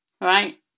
Right